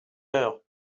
heure